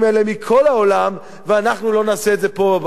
מכל העולם ואנחנו לא נעשה את זה פה בבית,